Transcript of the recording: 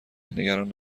نگران